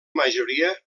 majoria